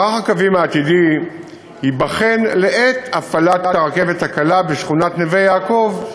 מערך הקווים העתידי ייבחן לעת הפעלת הרכבת הקלה בשכונת נווה-יעקב,